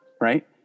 right